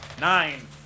Nine